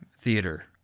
Theater